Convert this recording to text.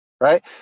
Right